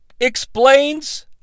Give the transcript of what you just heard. explains